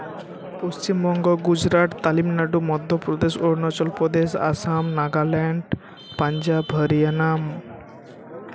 Paschimbanga Gujarat Tamil Nadu Madhya Pradesh Arunachal Pradesh Assam Nagaland Punjab Haryana